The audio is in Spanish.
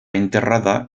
enterrada